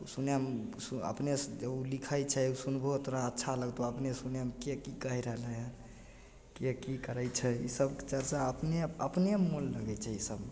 सुनैमे अपनेसे जे ओ लिखै छै ओ सुनबौ तोहरा अच्छा लगतऽ अपने सुनैमे के कि कहि रहलै हइ के कि करै छै ईसब चरचा अपने अपने मोनमे रहै छै ईसब